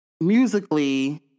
musically